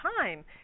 time